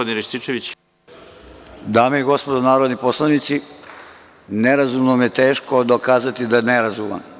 Dame i gospodo narodni poslanici, nerazumnom je teško dokazati da je nerazuman.